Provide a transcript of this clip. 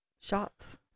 shots